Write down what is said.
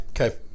Okay